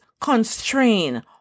constrain